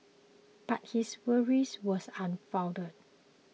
but his worries were unfounded